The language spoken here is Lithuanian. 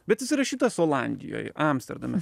bet jis įrašytas olandijoj amsterdame